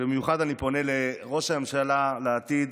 אני פונה במיוחד לראש הממשלה לעתיד,